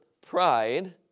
pride